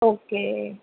okay